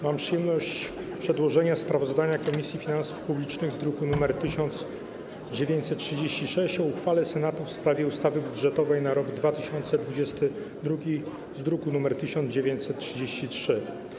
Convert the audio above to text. Mam przyjemność przedłożenia sprawozdania Komisji Finansów Publicznych z druku nr 1936 o uchwale Senatu w sprawie ustawy budżetowej na rok 2022 - z druku nr 1933.